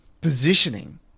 positioning